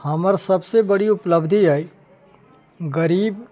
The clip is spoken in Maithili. हमर सबसे बड़ी उपलब्धि अछि गरीब